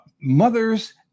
Mothers